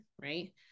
right